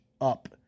up